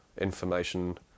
information